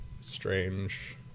strange